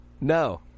No